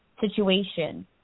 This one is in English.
situation